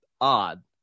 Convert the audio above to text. odd